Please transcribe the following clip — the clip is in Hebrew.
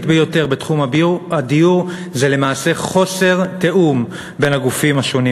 בתחום הדיור שהיא למעשה חוסר תיאום בין הגופים השונים.